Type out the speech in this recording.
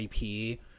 ip